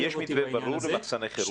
יש מתווה ברור למחסני חירום.